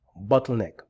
Bottleneck